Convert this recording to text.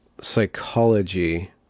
psychology